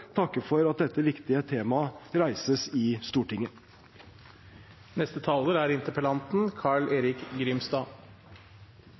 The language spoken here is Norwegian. for at dette viktige temaet reises i Stortinget.